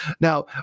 Now